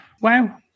Wow